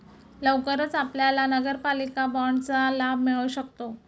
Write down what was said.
लवकरच आपल्याला नगरपालिका बाँडचा लाभ मिळू शकतो